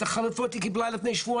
את החלופות היא קבלה רק לפני שבועיים.